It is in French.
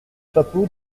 chapeau